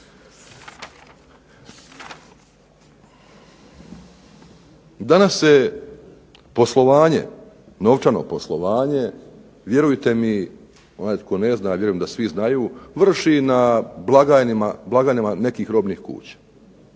Danas se poslovanje, novčano poslovanje vjerujte mi onaj tko ne zna, a vjerujem da svi znaju, vrši na blagajnama nekih robnih kuća,